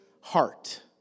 heart